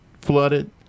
flooded